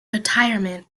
retirement